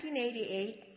1988